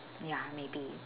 ya maybe